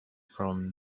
from